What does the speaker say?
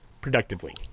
productively